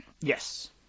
Yes